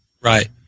Right